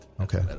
Okay